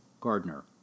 Gardner